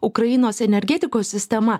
ukrainos energetikos sistema